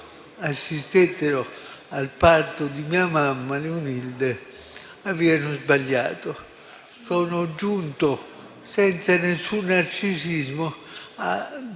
assistettero al parto di mia madre Leonilde, avevano sbagliato. Sono giunto, senza nessun narcisismo, a